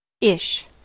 Ish